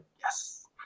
Yes